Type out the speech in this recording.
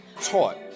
taught